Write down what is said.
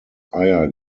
eier